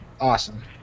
Awesome